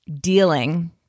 dealing